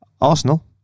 Arsenal